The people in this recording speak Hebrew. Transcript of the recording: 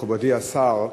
מכובדי השר,